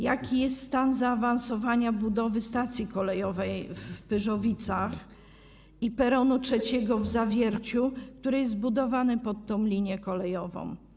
Jaki jest stan zaawansowania budowy stacji kolejowej w Pyrzowicach i peronu trzeciego w Zawierciu, który jest budowany pod tę linię kolejową?